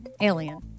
Alien